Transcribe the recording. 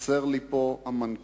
חסר לי פה המנכ"ל,